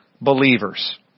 believers